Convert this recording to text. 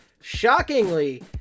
Shockingly